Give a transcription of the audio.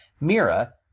Mira